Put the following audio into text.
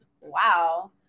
Wow